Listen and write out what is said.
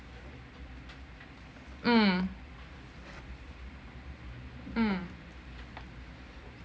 mm